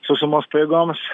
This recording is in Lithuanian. sausumos pajėgoms